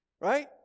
Right